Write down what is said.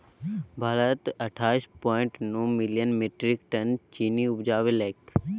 भारत अट्ठाइस पॉइंट नो million metric ton चीन्नी उपजेलकै